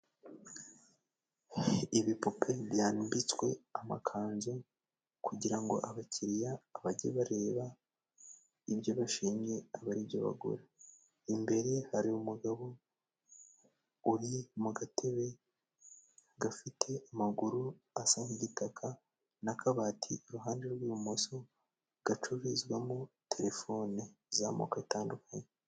Ibipupe byambitswe amakanzu kugira ngo abakiriya bajye bareba ibyo bashimye aba ari byo bagura, imbere hari umugabo uri mu gatebe gafite amaguru asa nk'igitaka n'akabati iruhande rw'ibumoso gacururizwamo telefone z'amoko atandukanye.